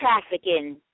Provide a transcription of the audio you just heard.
trafficking